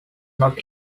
not